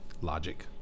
Logic